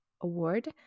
award